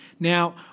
Now